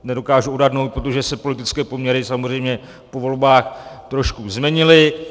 Nedokážu odhadnout, protože se politické poměry samozřejmě po volbách trošku změnily.